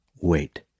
Wait